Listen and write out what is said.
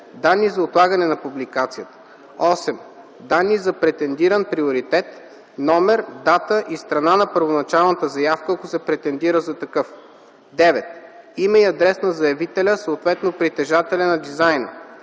данни за отлагане на публикацията; 8. данни за претендиран приоритет - номер, дата и страна на първоначалната заявка, ако се претендира такъв; 9. име и адрес на заявителя, съответно притежателя, на дизайна;